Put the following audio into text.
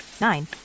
nine